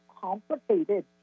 complicated